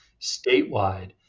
statewide